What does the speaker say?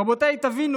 רבותיי, תבינו